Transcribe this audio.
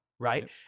Right